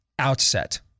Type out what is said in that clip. outset